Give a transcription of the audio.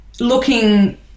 looking